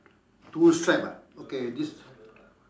two stripe ah okay this